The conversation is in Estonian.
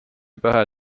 pähe